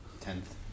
Tenth